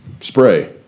spray